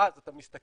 ואז אתה מסתכל,